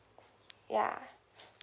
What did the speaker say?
ya